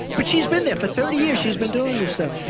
but she's been there for thirty years, she's been doing this stuff,